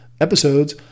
episodes